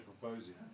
proposing